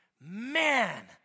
Man